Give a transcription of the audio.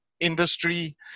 industry